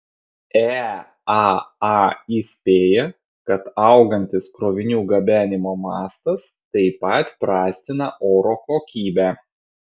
eaa įspėja kad augantis krovinių gabenimo mastas taip pat prastina oro kokybę